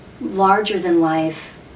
larger-than-life